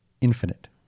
infinite